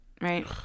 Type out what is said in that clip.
right